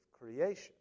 creation